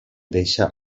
deixa